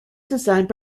designed